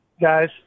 guys